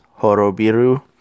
Horobiru